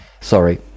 Sorry